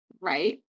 Right